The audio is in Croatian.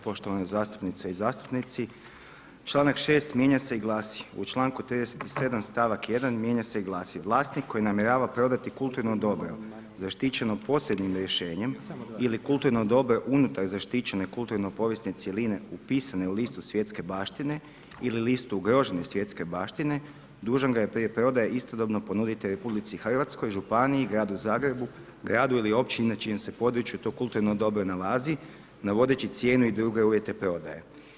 Poštovane zastupnice i zastupnici, čl. 6. mijenja se i glasi: u čl. 37., st. 1. mijenja se i glasi, vlasnik koji namjerava prodati kulturno dobro zaštićeno posebnim rješenjem ili kulturno dobro unutar zaštićene kulturne-povijesne cjeline upisane u listu svjetske baštine ili listu ugrožene svjetske baštine dužan ga je prije prodaje istodobno ponuditi RH, županiji, gradu Zagrebu, gradu ili općina na čijem se području to kulturno dobro nalazi navodeći cijenu i druge uvjete prodaje.